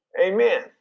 Amen